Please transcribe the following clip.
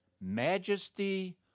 majesty